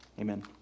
amen